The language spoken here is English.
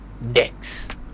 next